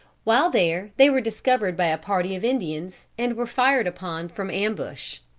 while there they were discovered by a party of indians, and were fired upon from ambush.